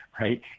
right